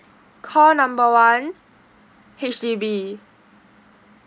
call number one H_D_B